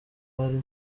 bari